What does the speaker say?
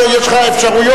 יש לך אפשרויות,